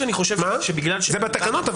זה בתקנות.